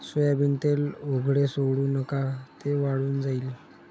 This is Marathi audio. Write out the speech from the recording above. सोयाबीन तेल उघडे सोडू नका, ते वाळून जाईल